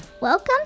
Welcome